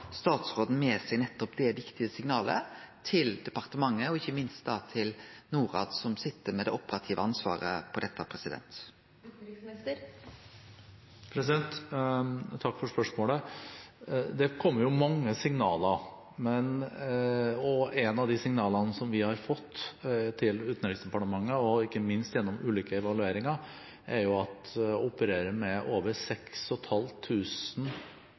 statsråden med seg nettopp det viktige signalet til departementet, og ikkje minst til Norad, som sit med det operative ansvaret for dette? Takk for spørsmålet. Det kommer mange signaler, og et av de signalene som vi har fått til Utenriksdepartementet og ikke minst gjennom ulike evalueringer, er at å operere med over